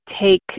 take